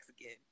again